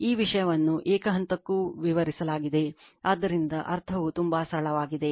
ಈ ವಿಷಯವನ್ನು ಏಕ ಹಂತಕ್ಕೂ ವಿವರಿಸಲಾಗಿದೆ ಆದ್ದರಿಂದ ಅರ್ಥವು ತುಂಬಾ ಸರಳವಾಗಿದೆ